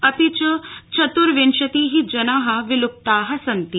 अपि च चतुर्विशति जना विलुप्ता सन्ति